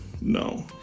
no